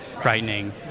frightening